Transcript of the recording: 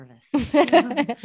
service